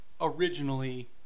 originally